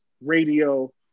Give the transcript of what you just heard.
radio